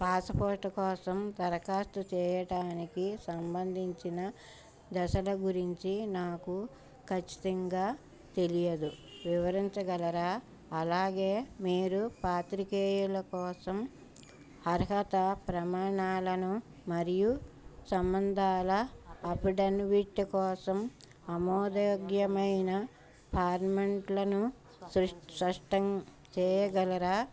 passport కోసం దరఖాస్తు చేయటానికి సంబంధించిన దశల గురించి నాకు ఖచ్చితంగా తెలియదు వివరించగలరా అలాగే మీరు పాత్రికేయుల కోసం అర్హత ప్రమాణాలను మరియు సంబంధాల అఫిడన్విట్ కోసం ఆమోదయోగ్యమైన ఫార్మెంట్లను స్పష్టం చేయగలరా